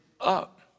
up